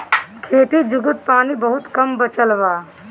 खेती जुगुत पानी बहुत कम बचल बा